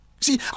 See